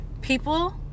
people